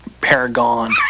Paragon